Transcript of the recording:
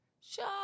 Sure